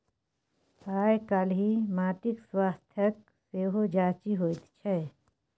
आयकाल्हि माटिक स्वास्थ्यक सेहो जांचि होइत छै